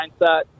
mindset